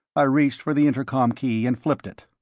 i reached for the intercom key and flipped it.